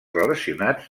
relacionats